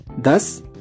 Thus